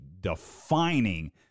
defining